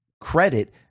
credit